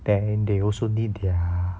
then they also need their